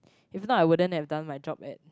if not I wouldn't have done my job it